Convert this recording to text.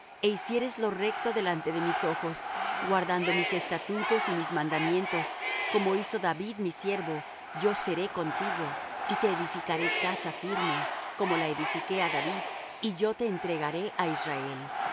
caminos é hicieres lo recto delante de mis ojos guardando mis estatutos y mis mandamientos como hizo david mi siervo yo seré contigo y te edificaré casa firme como la edifiqué á david y yo te entregaré á israel